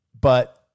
but-